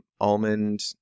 almond